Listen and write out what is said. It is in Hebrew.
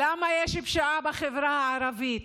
למה יש פשיעה בחברה הערבית?